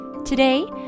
Today